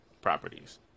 properties